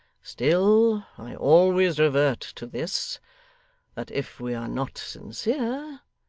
still i always revert to this that if we are not sincere,